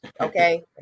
Okay